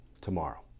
tomorrow